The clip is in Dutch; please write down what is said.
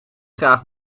graag